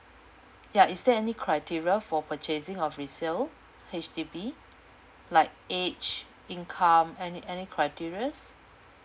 ya is there any criteria for purchasing of resale H_D_B like age income any any any criterias